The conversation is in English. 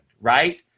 Right